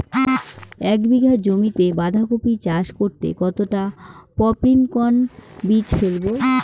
এক বিঘা জমিতে বাধাকপি চাষ করতে কতটা পপ্রীমকন বীজ ফেলবো?